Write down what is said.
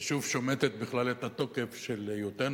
ושוב שומטת בכלל את התוקף של היותנו